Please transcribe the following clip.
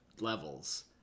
levels